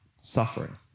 suffering